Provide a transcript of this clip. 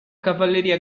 cavalleria